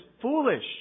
foolish